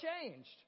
changed